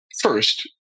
first